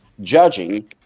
judging